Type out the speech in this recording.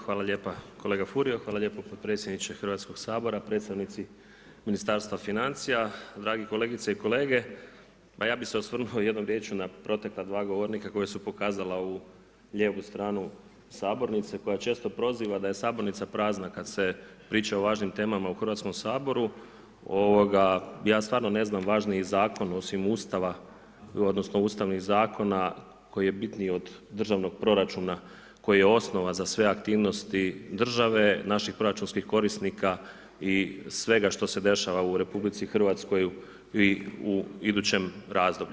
Hvala lijepo kolega Furio, hvala lijepo potpredsjedniče Hrvatskog sabora, predstavnici ministarstva financija, dragi kolegice i kolege, a ja bi se osvrnuo jednom riječju na proteka dva govornika koja su pokazala u lijevu stranu Sabornice, koja često proziva da je Sabornica prazna kad se priča o važnim temama u Hrvatskom saboru, ovoga ja stvarno ne znam važniji zakon osim Ustava odnosno ustavnih zakona koji je bitniji od državnog proračuna koji je osnova za sve aktivnosti države, naših proračunskih korisnika i svega što se dešava u Republici Hrvatskoj i u idućem razdoblju.